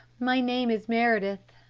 my name is meredith.